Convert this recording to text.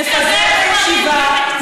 נפזר את הישיבה,